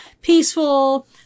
peaceful